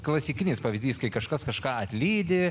klasikinis pavyzdys kai kažkas kažką atlydi